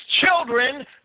children